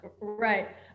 Right